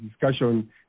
discussion